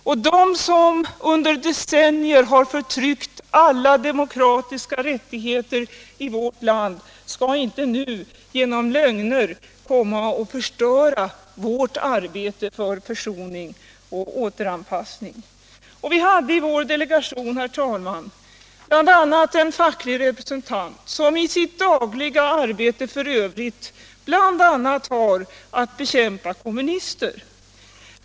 Och de som under decennier har förtryckt alla demokratiska rättigheter i vårt land skall inte nu genom lögner komma och förstöra vårt arbete för försoning och återanpassning.” Herr talman! Vi hade i vår delegation en facklig representant som f.ö. i sitt dagliga arbete bl.a. har att bekämpa kommunister.